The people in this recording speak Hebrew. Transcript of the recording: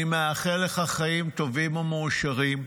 אני מאחל לך חיים טובים ומאושרים.